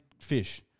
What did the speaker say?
fish